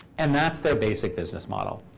and that's their basic business model.